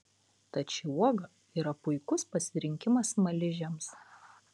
tad ši uoga yra puikus pasirinkimas smaližiams